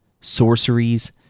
sorceries